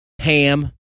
ham